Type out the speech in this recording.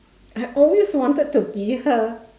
I always wanted to be her